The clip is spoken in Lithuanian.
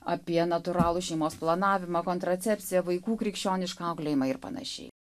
apie natūralų šeimos planavimą kontracepciją vaikų krikščionišką auklėjimą ir panašiai